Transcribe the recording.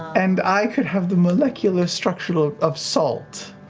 and i could have the molecular structure of salt.